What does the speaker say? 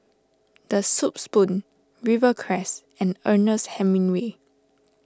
the Soup Spoon Rivercrest and Ernest Hemingway